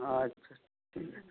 আচ্ছা ঠিক আছে